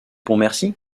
pontmercy